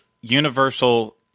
Universal